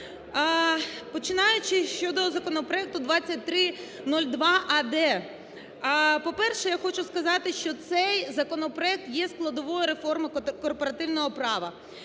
Починаючи щодо законопроекту 2302а-д, по-перше, я хочу сказати, що цей законопроект є складовою реформи корпоративного права.